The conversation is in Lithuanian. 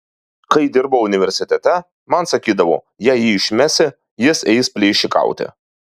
kai dirbau universitete man sakydavo jei jį išmesi jis eis plėšikauti